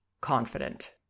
confident